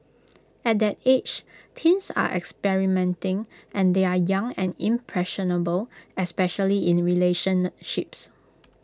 at that age teens are experimenting and they are young and impressionable especially in relationships